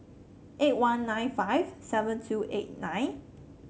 eight one nine five seven two eight nine